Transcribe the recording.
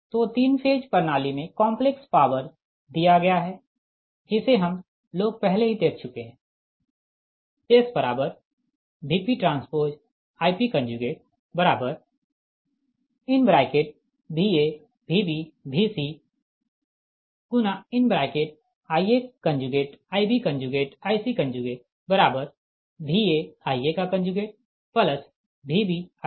तो तीन फेज प्रणाली में कॉम्प्लेक्स पॉवर दिया गया है जिसे हम लोग पहले ही देख चुके है SVpTIpVa Vb Vc Ia Ib Ic VaIaVbIbVcIc